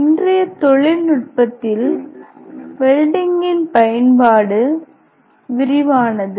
இன்றைய தொழில்நுட்பத்தில் வெல்டிங்கின் பயன்பாடு விரிவானது